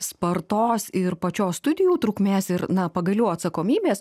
spartos ir pačios studijų trukmės ir na pagaliau atsakomybės